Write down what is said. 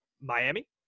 Miami